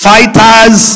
Fighters